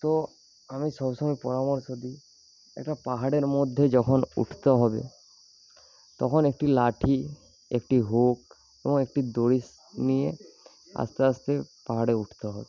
তো আমি সবসময় পরামর্শ দিই একটা পাহাড়ের মধ্যে যখন উঠতে হবে তখন একটি লাঠি একটি হুক ও একটি দড়ি নিয়ে আসতে আসতে পাহাড়ে উঠতে হয়